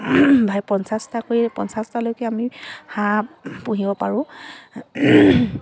ভাই পঞ্চাছটাকৈ পঞ্চাছটালৈকে আমি হাঁহ পুহিব পাৰোঁ